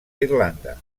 irlanda